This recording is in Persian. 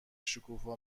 شکوفا